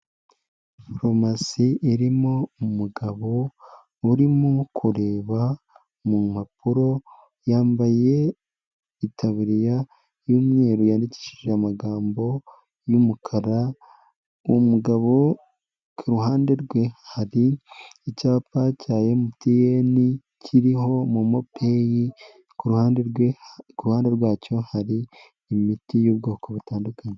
Farumasi irimo umugabo urimo kureba mu mpapuro yambaye itaburiya y'umweru yandikishije amagambo y'umukara, uwo mugabo ku ruhande rwe hari icyapa cya MTN kiriho momopeyi, ku ruhande rwe ku ruhande rwacyo hari imiti y'ubwoko butandukanye.